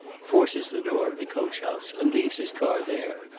forces the door of the coach-house, and leaves his car there.